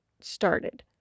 started